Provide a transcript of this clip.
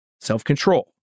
self-control